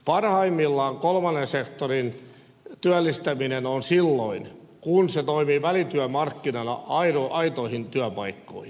parhaimmillaan kolmannen sektorin työllistäminen on silloin kun se toimii välityömarkkinana aitoihin työpaikkoihin